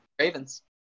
Ravens